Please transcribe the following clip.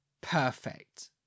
perfect